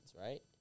right